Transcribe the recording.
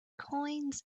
coins